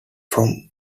from